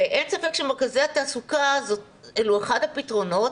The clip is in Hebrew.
אין ספק שמרכזי התעסוקה האלו זה אחד הפתרונות,